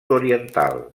oriental